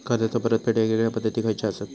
कर्जाचो परतफेड येगयेगल्या पद्धती खयच्या असात?